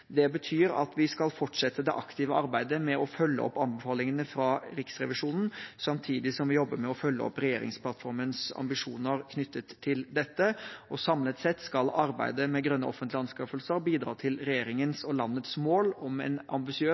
Det betyr at vi skal fortsette det aktive arbeidet med å følge opp anbefalingene fra Riksrevisjonen, samtidig som vi jobber med å følge opp regjeringsplattformens ambisjoner knyttet til dette. Samlet sett skal arbeidet med grønne offentlige anskaffelser bidra til regjeringens og landets mål om en ambisiøs